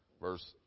Verse